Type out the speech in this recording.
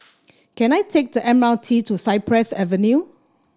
can I take the M R T to Cypress Avenue